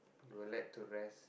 you would like to rest